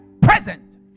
present